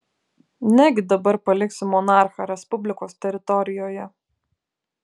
negi dabar paliksi monarchą respublikos teritorijoje